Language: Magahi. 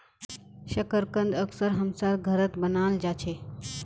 शकरकंद अक्सर हमसार घरत बनाल जा छे